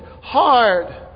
hard